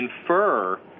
infer